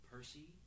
Percy